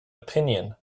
opinion